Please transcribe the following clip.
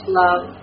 love